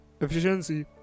efficiency